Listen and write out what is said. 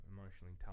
emotionally